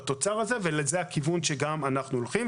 זה הכיוון שגם אנחנו הולכים.